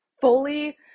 fully